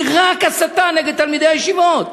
היא רק הסתה נגד תלמידי הישיבות.